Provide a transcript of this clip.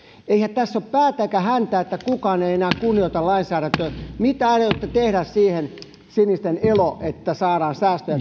eihän tässä ole päätä eikä häntää että kukaan ei enää kunnioita lainsäädäntöä mitä aiotte tehdä siinä sinisten elo että saadaan säästöjä